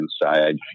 inside